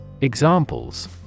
Examples